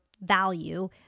value